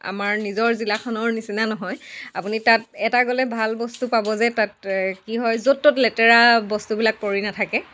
আমাৰ নিজৰ জিলাখনৰ নিচিনা নহয় আপুনি তাত এটা গ'লে ভাল বস্তু পাব যে তাত কি হয় য'ত ত'ত লেতেৰা বস্তুবিলাক পৰি নাথাকে